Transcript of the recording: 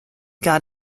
got